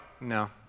No